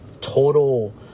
total